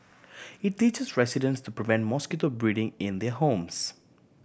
it teaches residents to prevent mosquito breeding in their homes